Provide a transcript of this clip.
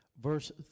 verse